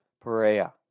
Perea